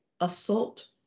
assault